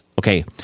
Okay